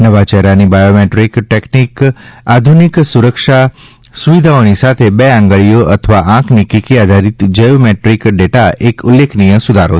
નવા ચહેરાની biometric technique આધુનિક સુરક્ષા સુવિધાઓની સાથે બે આંગળીઓ અથવા આંખની કીકી આધારિત જૈવ મેટ્રિક ડેટા પર એક ઉલ્લેખનીય સુધારો છે